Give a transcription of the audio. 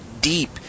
deep